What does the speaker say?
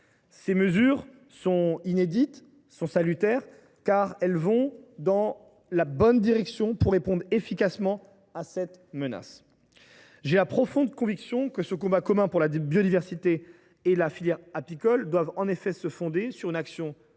Ces mesures sont inédites et salutaires. Elles vont dans la bonne direction pour répondre efficacement à cette menace. J’ai la profonde conviction que ce combat commun pour la biodiversité et la filière apicole doit se fonder sur une action issue